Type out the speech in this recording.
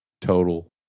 Total